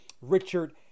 Richard